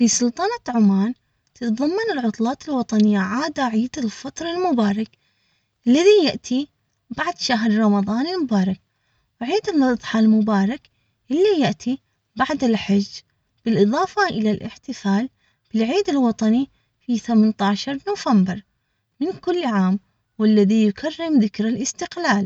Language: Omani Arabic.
في سلطنة عمان، تتضمن العطلات الوطنية عادة عيد الفطر المبارك الذي يأتي بعد شهر رمضان المبارك، وعيد الاظحى المبارك، اللي يأتي بعد الحج، بالإضافة إلى الإحتفال بالعيد الوطني في ثمنطاشر نوفمبر.